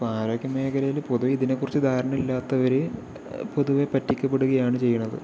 അപ്പോൾ ആരോഗ്യ മേഖലയിൽ പൊതുവേ ഇതിനെക്കുറിച്ച് ധാരണ ഇല്ലാത്തവര് പൊതുവെ പറ്റിക്കപ്പെടുകയാണ് ചെയ്യണത്